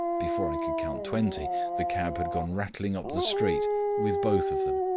before i could count twenty the cab had gone rattling up the street with both of them.